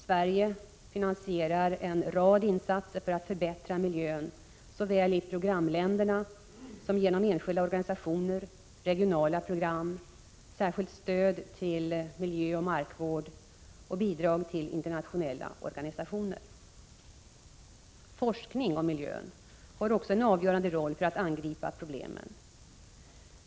Sverige finansierar en rad insatser för att förbättra miljön såväl i programländerna som genom enskilda organisationer, regionala program, särskilt stöd till miljöoch markvård och bidrag till internationella organisationer. Forskning om miljön har också en avgörande roll för att angripa problemen.